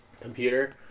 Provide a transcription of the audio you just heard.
computer